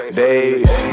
days